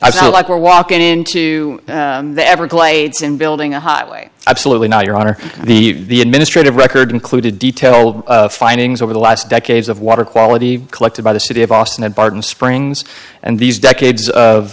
think like a walk into the everglades and building a highway absolutely not your honor the the administrative record included detailed findings over the last decades of water quality collected by the city of austin and barton springs and these decades of